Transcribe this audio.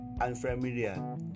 unfamiliar